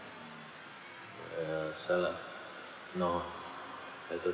seller nor